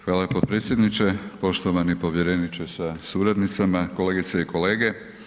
Hvala potpredsjedniče, poštovani povjereniče sa suradnicama, kolegice i kolege.